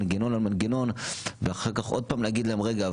מנגנון על מנגנון ואחר כך עוד פעם להגיד להם רגע,